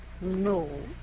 No